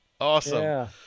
Awesome